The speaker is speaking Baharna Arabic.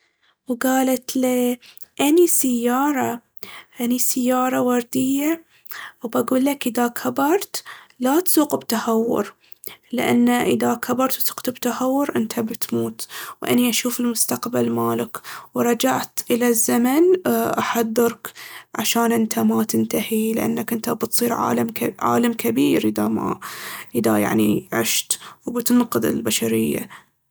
وقالت ليه أني سيارة، أني سيارة وردية وباقول ليك اذا كبرت لا تسوق بتهور. لأن اذا كبرت و سقت بتهور انته بتموت وأني أشوف المستقبل مالك، ورجعت إلى الزمن أحذرك عشان انته ما تنتهي، لأنك انته بتصير عالم- عالم كبير اذا ما- اذا يعني عشت، وبتنقذ البشرية.